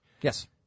Yes